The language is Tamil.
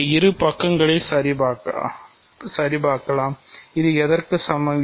இந்த இரு பக்கங்களையும் சரிபார்க்கலாம் இது எதற்கு சமம்